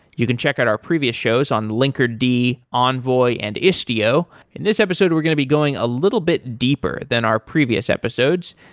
you can check out our previous shows on linkerd, envoy and istio. in this episode we're going to be going a little bit deeper than our previous episodes.